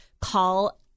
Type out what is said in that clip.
Call